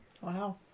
Wow